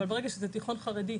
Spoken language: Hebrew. ברגע שזה תיכון חרדי,